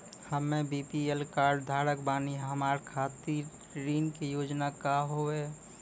हम्मे BPL card धारक बानि हमारा खातिर ऋण के योजना का होव हेय?